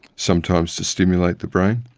sometimes to stimulate the brain.